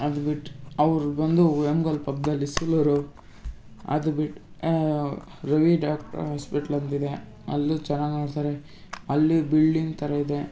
ಅದು ಬಿಟ್ಟು ಅವ್ರು ಬಂದು ಹೆಂಗೊ ಅಲ್ಲಿ ಪಕ್ಕದಲ್ಲಿ ಅದು ಬಿಟ್ಟು ರವಿ ಡಾಕ್ಟ್ರ್ ಹಾಸ್ಪಿಟ್ಲ್ ಅಂತಿದೆ ಅಲ್ಲೂ ಚೆನ್ನಾಗಿ ನೋಡ್ತಾರೆ ಅಲ್ಲಿ ಬಿಲ್ಡಿಂಗ್ ಥರ ಇದೆ